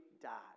died